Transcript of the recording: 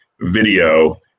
video